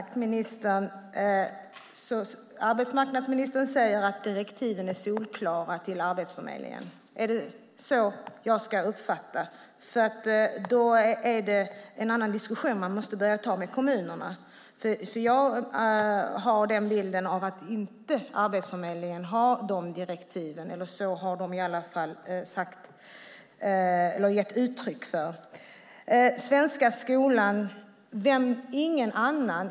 Fru talman! Arbetsmarknadsministern säger att direktiven till Arbetsförmedlingen är solklara. Om det är så jag ska uppfatta det är det en annan diskussion man måste börja ta med kommunerna. Jag har en bild av att Arbetsförmedlingen inte har de direktiven. Det har de i alla fall gett uttryck för.